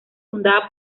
fundada